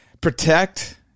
protect